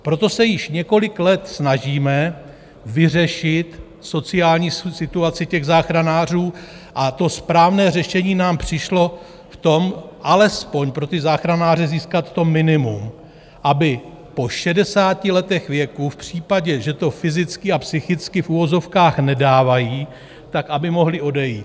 Proto se již několik let snažíme vyřešit sociální situaci záchranářů a správné řešení nám přišlo v tom, alespoň pro záchranáře získat to minimum, aby po šedesáti letech věku v případě, že to fyzicky a psychicky v uvozovkách nedávají, aby mohli odejít.